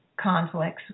conflicts